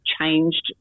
changed